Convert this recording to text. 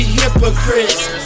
hypocrites